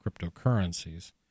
cryptocurrencies